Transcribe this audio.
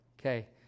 Okay